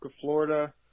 Florida